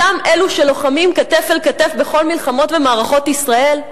אותם אלו שלוחמים כתף אל כתף בכל מלחמות ומערכות ישראל,